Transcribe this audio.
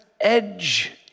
edge